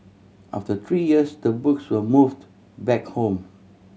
after three years the books were moved back home